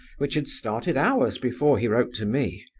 which had started hours before he wrote to me.